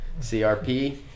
crp